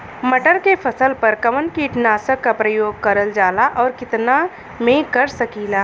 मटर के फसल पर कवन कीटनाशक क प्रयोग करल जाला और कितना में कर सकीला?